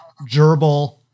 Gerbil